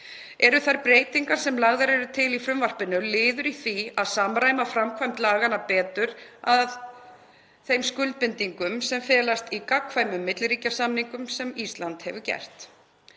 Eru þær breytingar sem lagðar til í frumvarpinu liður í því að samræma framkvæmd laganna betur að þeim skuldbindingum sem felast í gagnkvæmum milliríkjasamningum sem Ísland hefur gert.